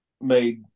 made